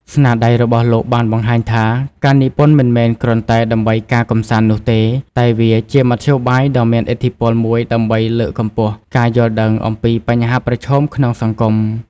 ស្នាដៃរបស់លោកបានបង្ហាញថា ការនិពន្ធមិនមែនគ្រាន់តែដើម្បីការកម្សាន្តនោះទេ តែវាជាមធ្យោបាយដ៏មានឥទ្ធិពលមួយដើម្បីលើកកម្ពស់ការយល់ដឹងអំពីបញ្ហាប្រឈមក្នុងសង្គម។